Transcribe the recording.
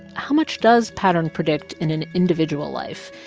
how much does pattern predict in an individual life,